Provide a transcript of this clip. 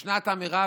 יש אמירה,